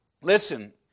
listen